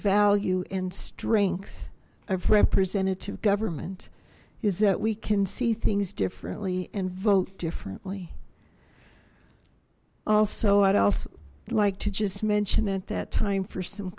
value and strength of representative government is that we can see things differently and vote differently also i'd also like to just mention at that time for some